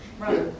Right